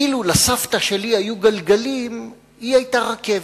אילו לסבתא שלי היו גלגלים, היא היתה רכבת.